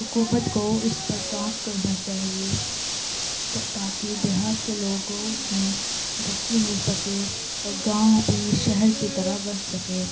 حکومت کو اس پر کام کرنا چاہیے کہ تاکہ دیہات کے لوگوں میں ترقی ہو سکے اور گاؤں بھی شہر کی طرح بن سکے